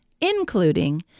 including